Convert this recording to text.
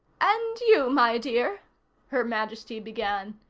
and you, my dear her majesty began.